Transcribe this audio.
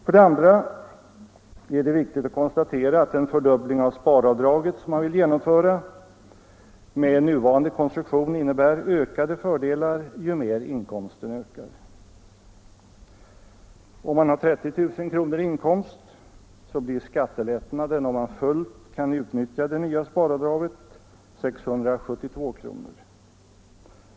För det andra är det viktigt att konstatera att den fördubbling av sparavdraget som skulle genomföras med nuvarande konstruktion innebär större fördelar ju mer inkomsten ökar. Om man har 30 000 kr. i inkomst blir skattelättnaden om man fullt kan utnyttja det nya sparavdraget 672 kr.